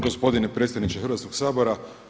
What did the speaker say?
Gospodine predsjedniče Hrvatskog sabora.